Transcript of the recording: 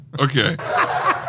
Okay